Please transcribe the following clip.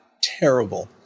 terrible